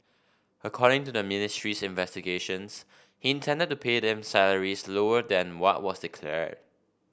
according to the ministry's investigations he intended to pay them salaries lower than what was declared